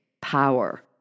power